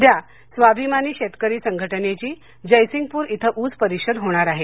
उद्या स्वाभिमानी शेतकरी संघटनेची जयसिंगपूर इथं ऊस परिषद होणार आहे